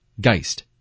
Geist